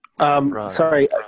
Sorry